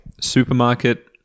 supermarket